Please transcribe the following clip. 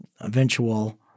eventual